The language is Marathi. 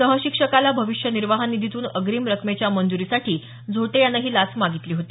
सहशिक्षकाला भविष्य निर्वाह निधीतून अग्रीम रकमेच्या मंजुरीसाठी झोटे यानं लाच मागितली होती